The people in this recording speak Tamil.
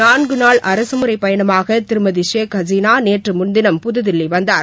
நான்கு நாள் அரசுமுறை பயணமாக திருமதி ஷேக் ஹசீனா நேற்று முன்தினம் புதுதில்லி வந்தார்